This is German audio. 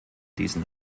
diesen